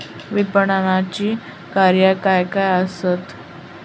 विपणनाची कार्या काय काय आसत?